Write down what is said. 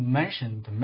mentioned